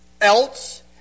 else